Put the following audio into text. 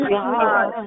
God